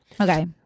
okay